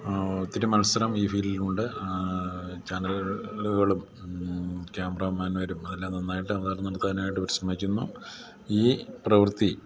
ഒത്തിരി മത്സരം ഈ ഫീൽഡിൽ ഉണ്ട് ചാനലു കളും ക്യാമറമാൻ വരും അതെല്ലാം നന്നായിട്ട് അവതരണം നടത്താനായിട്ട് പരിശ്രമിക്കുന്ന ഈ പ്രവൃത്തി